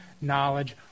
knowledge